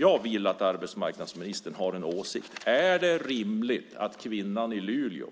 Jag vill att arbetsmarknadsministern har en åsikt: Är det rimligt att kvinnan i Luleå